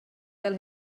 fel